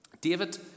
David